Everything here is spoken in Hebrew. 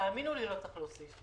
תאמינו לי, לא צריך להוסיף.